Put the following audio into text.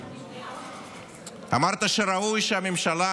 אמרת שראוי שהממשלה